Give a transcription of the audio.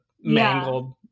mangled